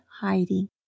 hiding